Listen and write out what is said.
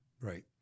Right